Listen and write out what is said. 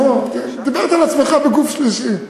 דיברת על עצמך בגוף שלישי.